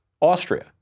Austria